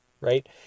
right